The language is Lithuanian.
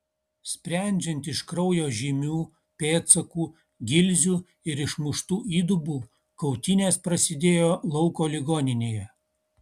sprendžiant iš kraujo žymių pėdsakų gilzių ir išmuštų įdubų kautynės prasidėjo lauko ligoninėje